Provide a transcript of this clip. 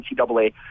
NCAA